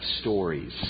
stories